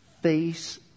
face